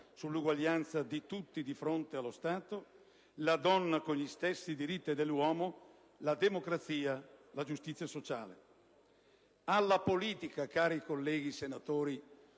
l'uguaglianza di tutti di fronte allo Stato, la donna con gli stessi diritti dell'uomo, la democrazia, la giustizia sociale. Alla politica, cari colleghi senatori